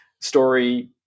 Story